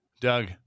Doug